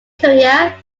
career